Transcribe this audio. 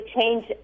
change